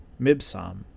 Mibsam